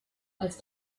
als